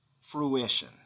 Fruition